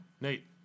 Nate